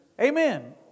Amen